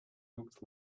looked